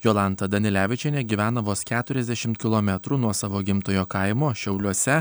jolanta danilevičienė gyvena vos keturiasdešim kilometrų nuo savo gimtojo kaimo šiauliuose